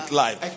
life